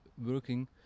working